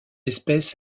espèce